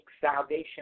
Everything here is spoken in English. salvation